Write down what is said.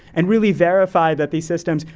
and really verify that these systems,